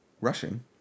rushing